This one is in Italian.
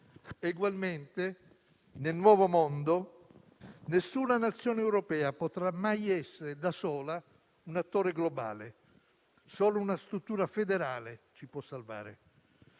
Egualmente, nel nuovo mondo, nessuna Nazione europea potrà mai essere da sola un attore globale. Solo una struttura federale ci può salvare.